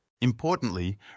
Importantly